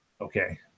Okay